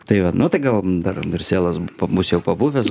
tai va nu tai gal dar ir selas bus jau pabuvęs